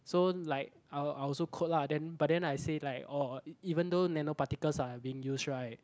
so like I'll I'll also quote lah then but then I say like oh even though nano particles are being used right